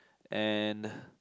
and